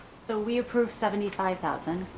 so we approved seventy five thousand?